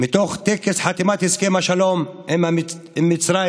מתוך טקס חתימת הסכם השלום עם מצרים,